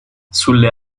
sulle